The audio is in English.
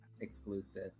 Exclusive